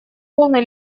полной